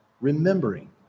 remembering